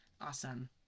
awesome